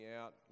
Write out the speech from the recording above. out